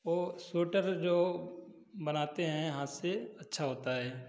वो स्वेटर जो बनाते हैं हाथ से अच्छा होता है